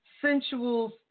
sensual